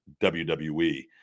WWE